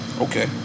Okay